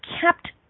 kept